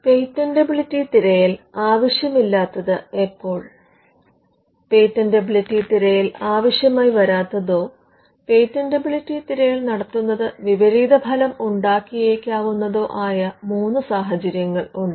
patentability തിരയൽ ആവശ്യമില്ലാത്തത് എപ്പോൾ പേറ്റന്റബിലിറ്റി തിരയൽ ആവശ്യമായിവരാത്തതോ പേറ്റന്റബിലിറ്റി തിരയൽ നടത്തുന്നത് വിപരീത ഫലം ഉണ്ടാക്കിയേക്കാവുന്നതോ ആയ മൂന്ന് സാഹചര്യങ്ങൾ ഉണ്ട്